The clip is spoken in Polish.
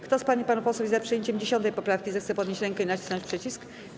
Kto z pań i panów posłów jest za przyjęciem 10. poprawki, zechce podnieść rękę i nacisnąć przycisk.